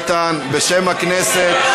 איתן, בשם הכנסת.